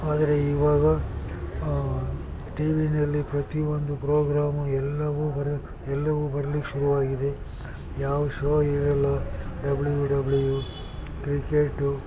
ಆದರೆ ಈವಾಗ ಟಿವಿಯಲ್ಲಿ ಪ್ರತಿಯೊಂದು ಪ್ರೋಗ್ರಾಮ್ ಎಲ್ಲವೂ ಬತುತ್ತೆ ಎಲ್ಲವೂ ಬರ್ಲಿಕ್ಕೆ ಶುರುವಾಗಿದೆ ಯಾವ ಶೋ ಇವೆಲ್ಲ ಡಬ್ಲ್ಯೂ ಡಬ್ಲ್ಯೂ ಕ್ರಿಕೇಟು